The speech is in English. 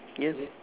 ya